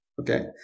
okay